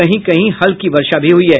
कहीं कहीं हल्की वर्षा भी हुई है